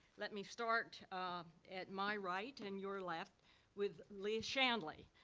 let me start at my right and your left with lea shanley.